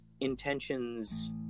intentions